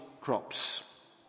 crops